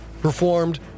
Performed